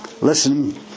Listen